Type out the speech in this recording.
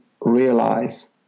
realize